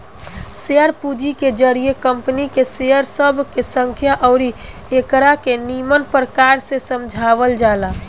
share पूंजी के जरिए कंपनी के शेयर सब के संख्या अउरी एकरा के निमन प्रकार से समझावल जाला